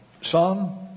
psalm